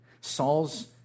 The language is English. Saul's